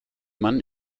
man